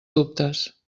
dubtes